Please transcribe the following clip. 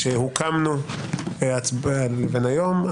שהוקמנו לבין היום.